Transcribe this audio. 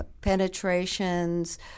penetrations